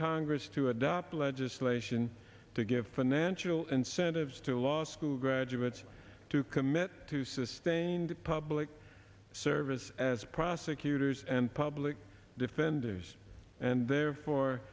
congress to adopt legislation to give financial incentives to law school graduates to commit to sustain the public service as prosecutors and public defenders and therefore